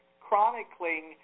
chronicling